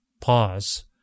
pause